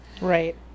right